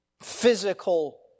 physical